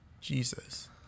jesus